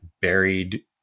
buried